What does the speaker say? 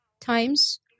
times